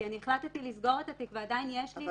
כי אני החלטתי לסגור את התיק ועדיין יש לי את